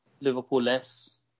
Liverpool-less